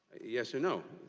yes or no.